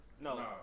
No